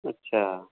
ਅੱਛਾ